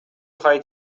خواهید